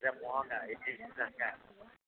ଏଇଟା ମହଙ୍ଗା ଏଠିକା ଯାଗା